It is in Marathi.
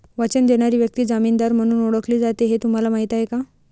वचन देणारी व्यक्ती जामीनदार म्हणून ओळखली जाते हे तुम्हाला माहीत आहे का?